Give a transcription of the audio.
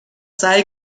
سعی